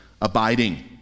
abiding